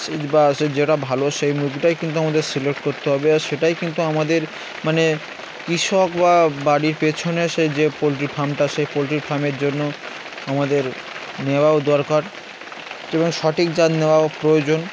সে বা সে যেটা ভালো সেই মুভিটাই কিন্তু আমাদের সিলেক্ট করতে হবে আর সেটাই কিন্তু আমাদের মানে কিষক বা বাড়ির পেছনে সে যে পোলট্রি ফারামটা সেই পোলট্রি ফারমে জন্য আমাদের নেওয়াও দরকার এবং সঠিক যাত নেওয়াও প্রয়োজন